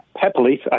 Happily